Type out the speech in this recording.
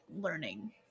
learning